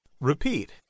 Repeat